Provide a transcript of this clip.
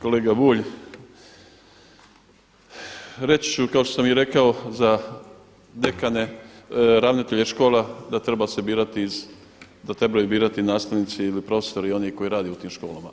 Kolega Bulj, reći ću kao što sam i rekao za dekane, ravnatelje škola da treba se birati, da trebaju birati nastavnici ili profesori, oni koji rade u tim školama.